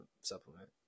supplement